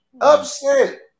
upset